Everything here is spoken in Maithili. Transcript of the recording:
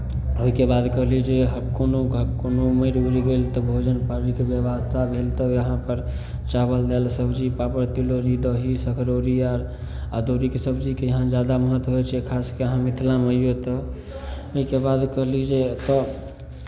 ओहिके बाद कहली जे ह् कोनो ज् कोनो मरि उरि गेल तऽ भोजन पानिके व्यवस्था भेल तऽ यहाँपर चावल दालि सब्जी पापड़ तिलौरी दही सकरौरी आर अदौरीके सब्जीके यहाँ ज्यादा महत्व होइ छै खासके अहाँ मिथिलामे अयबै तऽ ओहिके बाद कहली जे एतय